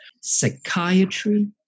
psychiatry